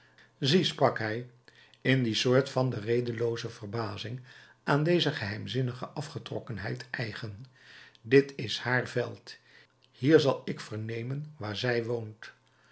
zie sprak hij in die soort van de redelooze verbazing aan deze geheimzinnige afgetrokkenheid eigen dit is haar veld hier zal ik vernemen waar zij woont